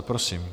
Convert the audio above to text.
Prosím.